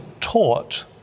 taught